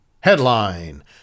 Headline